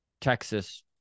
Texas